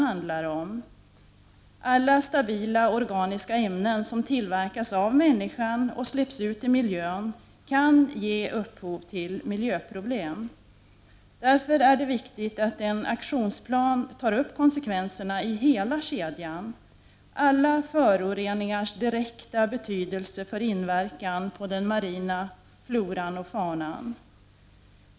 Alla stabila organiska ämnen som tillverkas av människan och släpps ut i miljön kan ge upphov till miljöproblem. Därför är det viktigt att 81 en aktionsplan tar upp konsekvenserna i hela kedjan, alla föroreningars direkta betydelse för inverkan på den marina floran och faunan.